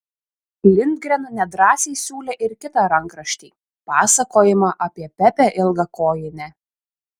lindgren nedrąsiai siūlė ir kitą rankraštį pasakojimą apie pepę ilgakojinę